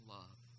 love